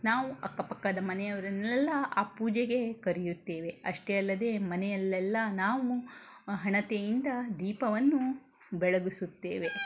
ನಾವು ಅಕ್ಕಪಕ್ಕದ ಮನೆಯವರನ್ನೆಲ್ಲ ಆ ಪೂಜೆಗೆ ಕರೆಯುತ್ತೇವೆ ಅಷ್ಟೇ ಅಲ್ಲದೆ ಮನೆಯಲ್ಲೆಲ್ಲ ನಾವು ಹಣತೆಯಿಂದ ದೀಪವನ್ನು ಬೆಳಗಿಸುತ್ತೇವೆ